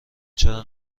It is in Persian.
چرا